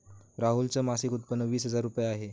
राहुल च मासिक उत्पन्न वीस हजार रुपये आहे